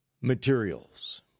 materials